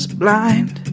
blind